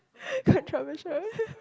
controversial